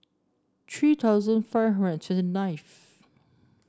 three thousand five hundred and twenty nineth